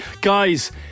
guys